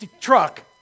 truck